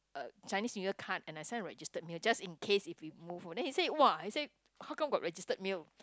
a Chinese New Year card and I sent a registered mail just in case if he move then he said !wah! he said how come got registered mail